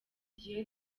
gihe